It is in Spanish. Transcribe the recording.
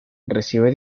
recibe